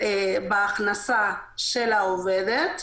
בהכנסה של העובדת.